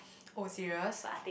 oh serious